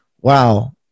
wow